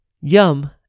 Yum